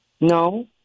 No